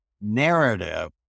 narrative